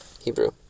Hebrew